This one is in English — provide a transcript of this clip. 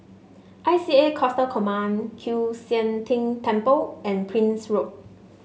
I C A Coastal Command Kiew Sian King Temple and Prince Road